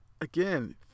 again